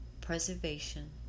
preservation